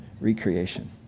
recreation